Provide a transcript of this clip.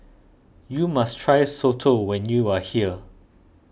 you must try Soto when you are here